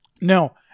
No